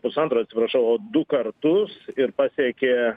pusantro atsiprašau o du kartus ir pasiekė